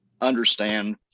understand